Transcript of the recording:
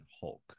Hulk